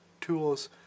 tools